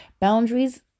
boundaries